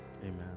Amen